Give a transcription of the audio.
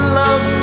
love